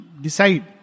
Decide